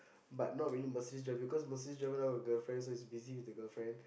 but not really Mercedes driver because Mercedes driver now got girlfriend so is busy with the girlfriend